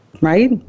right